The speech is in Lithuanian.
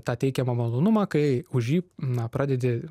tą teikiamą malonumą kai už jį na pradedi